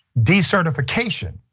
decertification